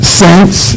saints